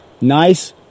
nice